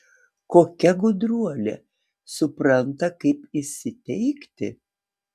kokia gudruolė supranta kaip įsiteikti